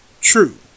True